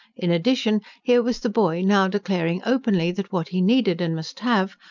in addition, here was the boy now declaring openly that what he needed, and must have,